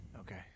Okay